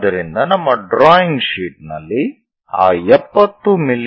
ಆದ್ದರಿಂದ ನಮ್ಮ drawing sheet ನಲ್ಲಿ ಆ 70 ಮಿ